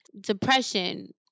Depression